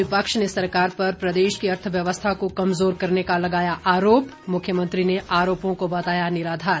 विपक्ष ने सरकार पर प्रदेश की अर्थव्यवस्था को कमजोर करने का लगाया आरोप मुख्यमंत्री ने आरोपों को बताया निराधार